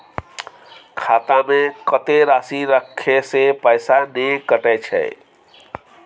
खाता में कत्ते राशि रखे से पैसा ने कटै छै?